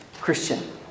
Christian